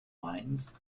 lines